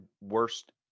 worst